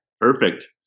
Perfect